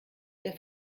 der